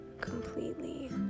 completely